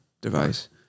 device